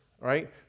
right